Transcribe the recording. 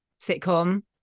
sitcom